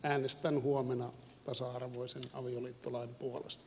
äänestän huomenna tasa arvoisen avioliittolain puolesta